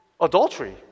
adultery